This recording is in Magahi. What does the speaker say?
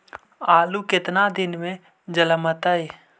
आलू केतना दिन में जलमतइ?